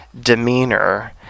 demeanor